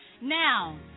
Now